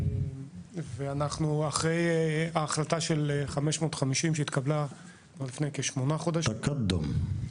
אחרי החלטה 550, שהתקבלה לפני כשמונה חודשים,